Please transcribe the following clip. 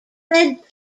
red